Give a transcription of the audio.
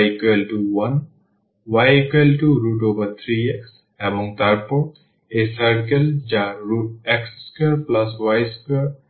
y1 y3x এবং তারপর এই circle যা x2y24 দ্বারা দেওয়া হয়